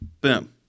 boom